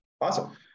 awesome